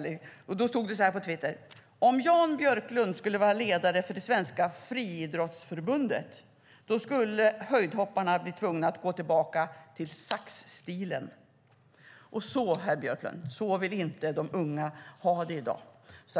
Det stod så här: Om Jan Björklund skulle vara ledare för det svenska friidrottsförbundet skulle höjdhopparna bli tvungna att gå tillbaka till saxstilen. Så vill inte de unga ha det i dag.